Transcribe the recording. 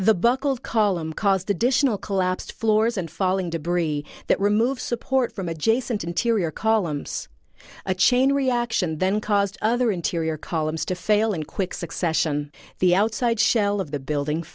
the buckled column caused additional collapsed floors and falling debris that remove support from adjacent interior columns a chain reaction then caused other interior columns to fail in quick succession the outside shell of the building